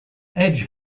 edge